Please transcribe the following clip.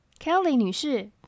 Kelly女士